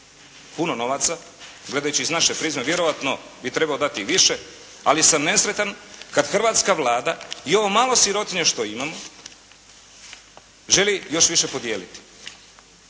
puno novaca, gledajući iz naše prizme vjerojatno bi trebao dati i više, ali sam nesretan kad hrvatska Vlada i ovo malo sirotinje što imamo želi još više podijeliti.